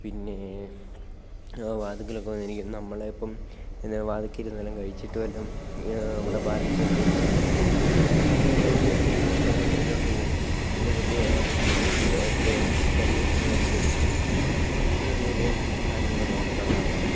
പിന്നെ വാതുക്കലൊക്കെ വന്നിരിക്കും നമ്മളപ്പോള് വാതില്ക്കലിരുന്നാലും കഴിച്ചിട്ട് വല്ലതും അവിടെ ബാലൻസ് വല്ലതും വേസ്റ്റ് വല്ലതും ഉണ്ടെങ്കില് അതു വല്ലതും കൊത്തിയെടുത്തുകൊണ്ട് വെളിയിലോട്ട് പോകും വെളിയിലോട്ടു പോയാൽ അവർക്ക് അതിൻ്റെ കരിയില കുഞ്ഞുങ്ങൾക്കു കൊടുക്കും അങ്ങനത്തെ ചെറിയ ചെറിയ കാര്യങ്ങളൊക്കെ ഇവിടെ കാണാറുണ്ട്